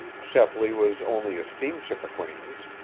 shepley was only a steamship acquaintance,